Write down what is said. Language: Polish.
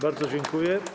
Bardzo dziękuję.